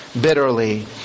bitterly